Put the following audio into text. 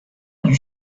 you